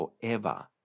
forever